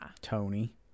Tony